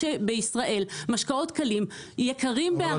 העובדה שבישראל משקאות קלים יקרים בהרבה.